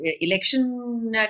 election